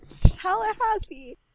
Tallahassee